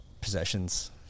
possessions